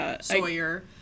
Sawyer